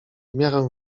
miarę